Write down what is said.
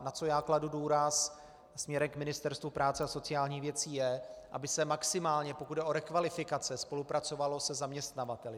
Na co já kladu důraz směrem k Ministerstvu práce a sociálních věcí, je to, aby se maximálně, pokud jde o rekvalifikace, spolupracovalo se zaměstnavateli.